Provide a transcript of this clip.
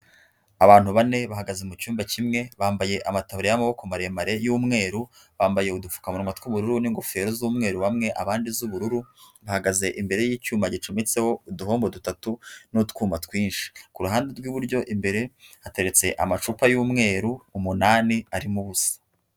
Abantu bane bahagaze mu cyumba kimwe, bambaye amataburiya y' amaboko maremare y'umweru, bambaye udupfukamunwa tw'ubururu n'ingofero z'umweru bamwe abandi z'ubururu, bahagaze imbere y'icyuma gicometseho uduhombo dutatu n'utwuma twinshi, kuruhande rw' iburyo imbere hateretse amacupa y'umweru umunani arimo ubusa.